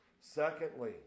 Secondly